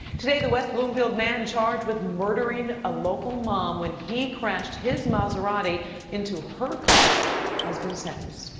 today, the west bloomfield man charged with murdering a local mom when he crashed his maserati into her car has been sentenced.